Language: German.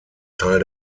teil